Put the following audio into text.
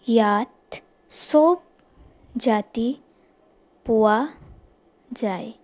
ইয়াত চব জাতি পোৱা যায়